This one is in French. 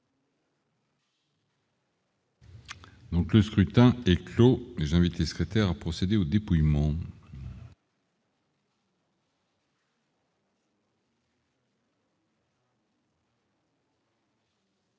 Donc, le scrutin est clos, les invités secrétaire procéder au dépouillement.